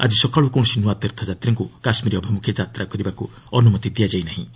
ଆଜି ସକାଳୁ କୌଣସି ନ୍ତ୍ରଆ ତୀର୍ଥଯାତ୍ରୀଙ୍କୁ କାଶ୍ମୀର ଅଭିମୁଖେ ଯାତ୍ରା କରିବାକୁ ଅନୁମତି ଦିଆଯାଇ ନାହିଁ